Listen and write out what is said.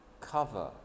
cover